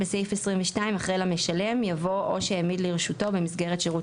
בסעיף ,22 אחרי "למשלם" יבוא "או שהעמיד לרשותו במסגרת שירות